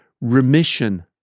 remission